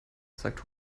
sagt